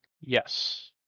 Yes